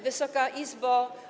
Wysoka Izbo!